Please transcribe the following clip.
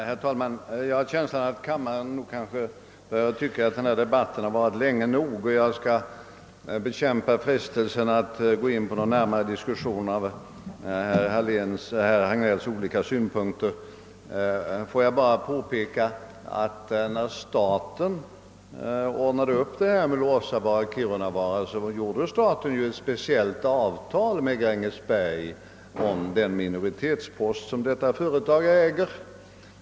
Herr talman! Jag har en känsla av att kammarens ledamöter börjar tycka att denna debatt nu varat länge nog. Jag skall därför bekämpa frestelsen att gå in på någon närmare diskussion av herr Hagnells olika synpunkter. Får jag bara påpeka, att när staten ordnade upp detta med LKAB så träffade staten ett speciellt avtal med Grängesbergsbolaget om den minoritetspost som detta företag äger.